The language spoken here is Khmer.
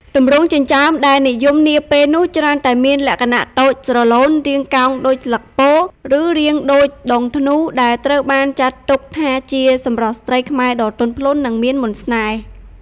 ទម្រង់ចិញ្ចើមដែលនិយមនាពេលនោះច្រើនតែមានលក្ខណៈតូច ស្រឡូន រាងកោងដូចស្លឹកពោធិ៍ ឬរាងដូចដងធ្នូ ដែលត្រូវបានចាត់ទុកថាជាសម្រស់ស្ត្រីខ្មែរដ៏ទន់ភ្លន់ និងមានមន្តស្នេហ៍។